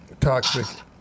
toxic